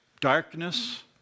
Darkness